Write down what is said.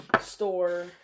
store